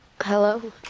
Hello